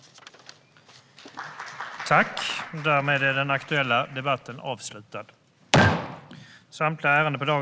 Svar på interpellationer